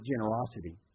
generosity